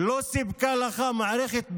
לא סיפקנו לך מערכת ביוב,